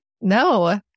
No